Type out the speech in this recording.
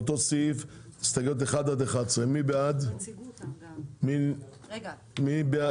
באותו הסעיף, הסתייגויות 1-11. מי בעד?